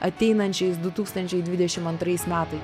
ateinančiais du tūkstančiai dvidešim antrais metai